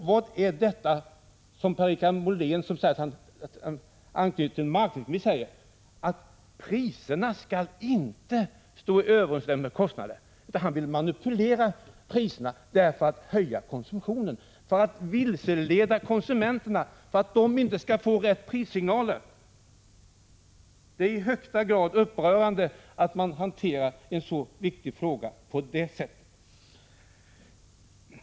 Vad är det fråga om när Per-Richard Molén, som säger att han ansluter sig till marknadsekonomin, hävdar att priserna inte skall stå i överensstämmelse med kostnaderna? Han vill i stället manipulera priserna, för att höja konsumtionen och vilseleda konsumenterna, så att de inte får rätt prissignaler. Det är i högsta grad upprörande att man hanterar en så här viktig fråga på det sättet.